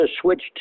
switched